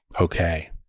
okay